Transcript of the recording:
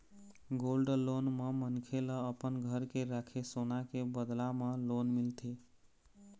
gold loan म मनखे ल अपन घर के राखे सोना के बदला म लोन मिलथे